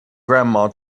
grandma